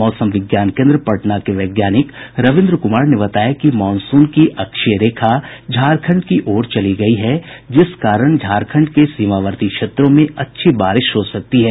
मौसम विज्ञान केन्द्र पटना के वैज्ञानिक रविन्द्र कुमार ने बताया कि मॉनसून की अक्षीय रेखा झारखंड की ओर चली गयी है जिस कारण झारखंड के सीमावर्ती क्षेत्रों में अच्छी बारिश हो सकती है